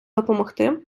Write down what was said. допомогти